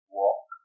walk